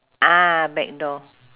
ah back door